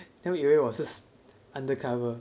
then 我以为我是 sp~ 我是 undercover